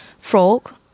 frog